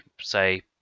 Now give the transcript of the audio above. say